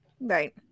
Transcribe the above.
Right